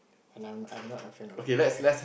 and I'm not a fan of